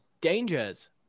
dangers